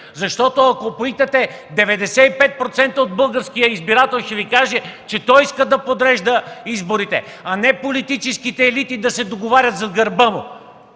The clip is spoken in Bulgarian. защото ако попитате 95% от българския избирател, ще Ви каже, че той иска да подрежда изборите, а не политическите елити да се договарят зад гърба му